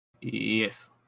Yes